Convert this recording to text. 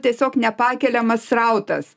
tiesiog nepakeliamas srautas